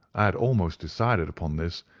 i had almost decided upon this,